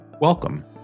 Welcome